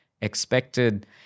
expected